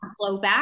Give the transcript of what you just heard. blowback